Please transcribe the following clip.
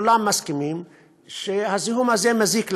כולם מסכימים שהזיהום הזה מזיק לבריאות.